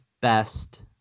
best